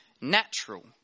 natural